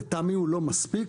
לטעמי הוא לא מספיק.